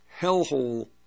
hellhole